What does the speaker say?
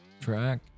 track